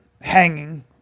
hanging